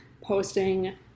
posting